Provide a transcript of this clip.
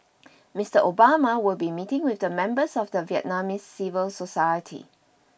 Mister Obama will be meeting with members of the Vietnamese civil society